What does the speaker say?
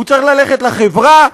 הוא צריך ללכת לחברה,